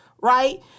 right